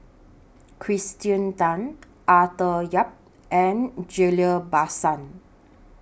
Kirsten Tan Arthur Yap and Ghillie BaSan